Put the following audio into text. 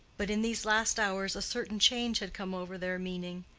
but in these last hours, a certain change had come over their meaning.